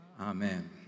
Amen